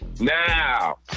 Now